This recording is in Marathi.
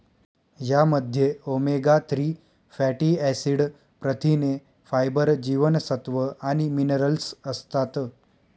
यामध्ये ओमेगा थ्री फॅटी ऍसिड, प्रथिने, फायबर, जीवनसत्व आणि मिनरल्स असतात